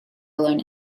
alone